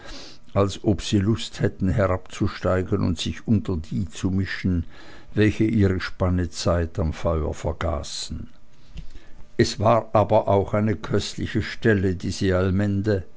als ob sie lust hätten herabzusteigen und sich unter die zu mischen welche ihre spanne zeit am feuer vergaßen es war aber auch eine köstliche stelle diese allmende